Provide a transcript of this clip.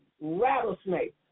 rattlesnake